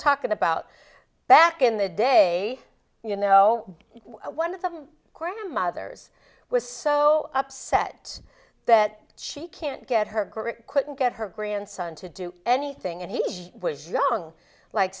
talking about back in the day you know one of the mothers was so upset that she can't get her couldn't get her grandson to do anything and he was young like